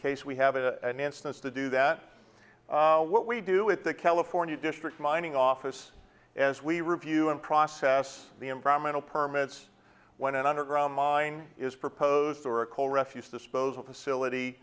case we have a an instance to do that what we do at the california district mining office as we review and process the environmental permits when an underground mine is proposed or a coal refuse disposal facility